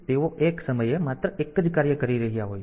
તેથી તેઓ એક સમયે માત્ર એક જ કાર્ય કરી રહ્યા હોય છે